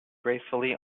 gracefully